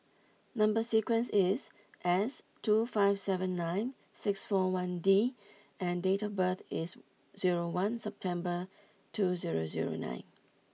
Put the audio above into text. number sequence is S two five seven nine six four one D and date of birth is zero one September two zero zero nine